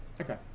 Okay